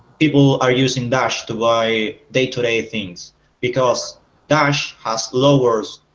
people are using dash to buy day to day things because dash has lowers